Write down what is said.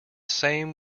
same